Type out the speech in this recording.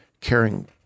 caring